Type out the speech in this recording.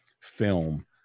film